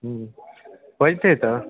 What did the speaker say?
होइ छै तऽ